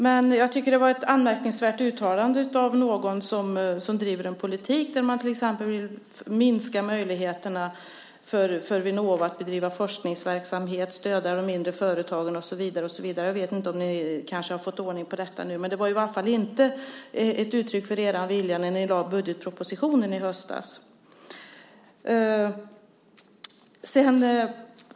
Det var ett anmärkningsvärt uttalande av någon som driver en politik där man vill minska möjligheterna för Vinnova att bedriva forskningsverksamhet, stödja de mindre företagen och så vidare. Jag vet inte om ni har fått ordning på detta, men det var inte ett uttryck för er vilja när ni lade fram budgetpropositionen i höstas.